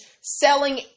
selling